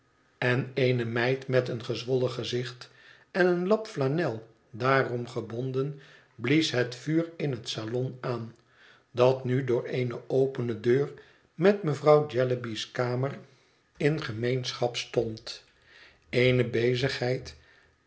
en eene meid met een gezwollen gezicht en een lap flanel daarom gebonden blies het vuur in het salon aan dat nu door eene opene deur met mevrouw jellyby's kamer in gemeenschap stond eene bezigheid